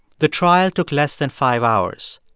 the trial took less than five hours.